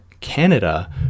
Canada